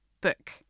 book